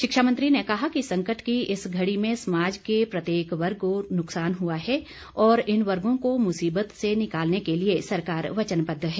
शिक्षामंत्री ने कहा कि संकट की इस घड़ी में समाज के प्रत्येक वर्ग को नुकसान हुआ है और इन वर्गों को मुसीबत से निकालने के लिए सरकार वचनबद्ध है